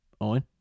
Owen